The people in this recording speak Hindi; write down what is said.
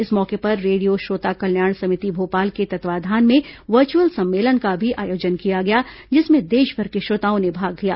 इस मौके पर रेडियो श्रोता कल्याण समिति भोपाल के तत्वाधान में वर्चुअल सम्मेलन का भी आयोजन किया गया जिसमें देशभर के श्रोताओं ने भाग लिया